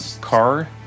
car